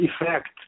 effect